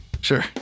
Sure